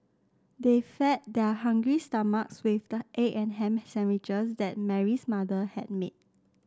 they fed their hungry stomachs with the egg and ham sandwiches that Mary's mother had made